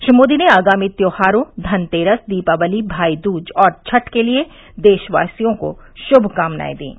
श्री मोदी ने आगामी त्यौहारों धनतेरस दीपावली भाई दूज और छठ के लिए देशवासियों को शुभकामनाएं दीं